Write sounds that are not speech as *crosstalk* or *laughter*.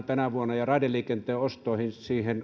*unintelligible* tänä vuonna ja raideliikenteen ostoihin